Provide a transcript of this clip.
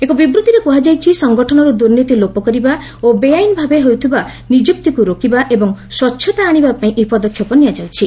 ଏକ ବିବୂଭିରେ କୁହାଯାଇଛି ସଙ୍ଗଠନରୁ ଦୁର୍ନୀତି ଲୋପ କରିବା ଓ ବେଆଇନ ଭାବେ ହେଉଥିବା ନିଯୁକ୍ତିକୁ ରୋକିବା ଏବଂ ସ୍ୱଚ୍ଚତା ଆଣିବା ପାଇଁ ଏହି ପଦକ୍ଷେପ ନିଆଯାଉଛି